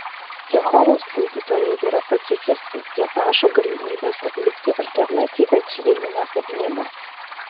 jehovos liudytojai yra pacifistai jie prašo galimybės atlikti alternatyvią civilinę tarnybą